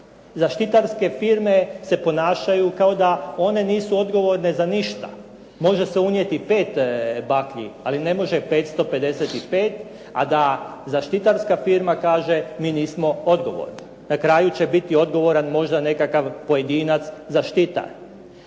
Zaštitarske firme se ponašaju kao da one nisu odgovorne za ništa. Može se unijeti pet baklji ali ne može 555 a da zaštitarska firma kaže mi nismo odgovorni. Na kraju će biti odgovoran nekakav pojedinac zaštitar.